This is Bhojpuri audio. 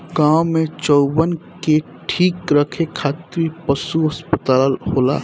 गाँव में चउवन के ठीक रखे खातिर पशु अस्पताल होला